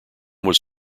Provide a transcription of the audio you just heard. was